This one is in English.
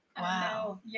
Wow